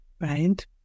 right